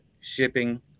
shipping